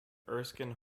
erskine